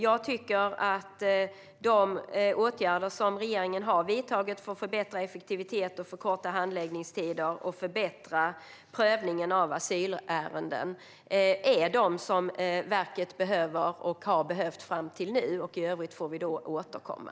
Jag tycker att de åtgärder som regeringen har vidtagit för att förbättra effektivitet, förkorta handläggningstider och förbättra prövningen av asylärenden är de som verket behöver och har behövt fram till nu. I övrigt får vi återkomma.